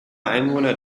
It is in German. einwohner